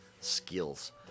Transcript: Skills